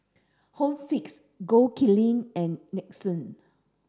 Home Fix Gold Kili and Nixon